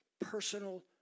personal